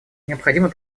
необходимо